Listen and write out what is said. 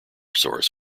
source